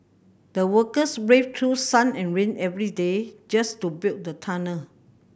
the workers braved through sun and rain every day just to build the tunnel